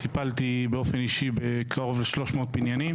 אני טיפלתי באופן אישי בקרוב ל-300 בניינים